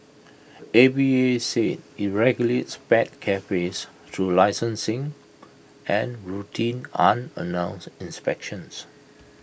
A V A said IT regulates pet cafes through licensing and routine unannounced inspections